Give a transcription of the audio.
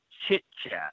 chit-chat